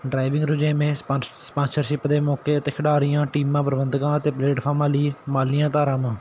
driving ਰੁਝੇਵੇਂ ਸਪਨਸ sponsorship ਦੇ ਮੌਕੇ ਅਤੇ ਖਿਡਾਰੀਆਂ ਟੀਮਾਂ ਪ੍ਰਬੰਧਕਾਂ ਅਤੇ ਪਲੇਟਫਾਰਮਾਂ ਲਈ ਮਾਲੀਆਂ ਧਾਰਾਵਾਂ